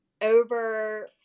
over